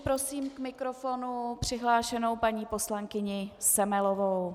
Prosím k mikrofonu přihlášenou paní poslankyni Semelovou.